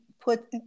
put